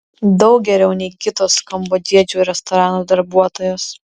daug geriau nei kitos kambodžiečių restoranų darbuotojos